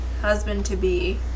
husband-to-be